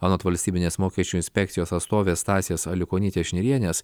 anot valstybinės mokesčių inspekcijos atstovės stasės aliukonytės šnirienės